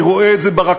אני רואה את זה ברכבות,